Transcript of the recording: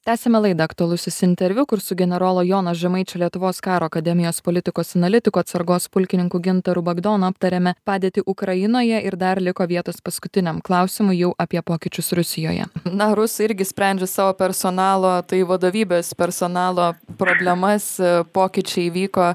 tęsiame laidą aktualusis interviu kur su generolo jono žemaičio lietuvos karo akademijos politikos analitiku atsargos pulkininku gintaru bagdonu aptarėme padėtį ukrainoje ir dar liko vietos paskutiniam klausimui jau apie pokyčius rusijoje na rusai irgi sprendžia savo personalo tai vadovybės personalo problemas pokyčiai įvyko